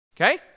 Okay